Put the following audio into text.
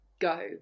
go